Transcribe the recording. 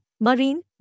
Marine